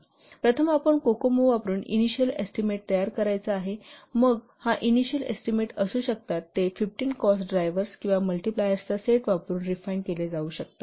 तर प्रथम आपण कोकोमो वापरुन इनिशिअल एस्टीमेट तयार करायचा आहे मग हा इनिशिअल एस्टीमेट असू शकतात ते 15 कॉस्ट ड्रायव्हर्स किंवा मल्टिप्लायर्स चा सेट वापरुन रिफाइन केले जाऊ शकतात